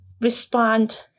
respond